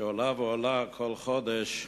עולים ועולים כל חודש,